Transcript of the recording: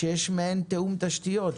שיש מעין תיאום תשתיות,